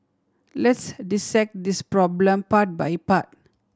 let's dissect this problem part by part